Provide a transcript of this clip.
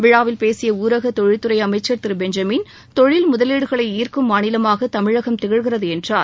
விழாவில் பேசிய ஊரக தொழில்துறை அமைச்சர் திரு பெஞ்சமின் தொழில் முதலீடுகளை ஈர்க்கும் மாநிலமாக தமிழகம் திகழ்கிறது என்றார்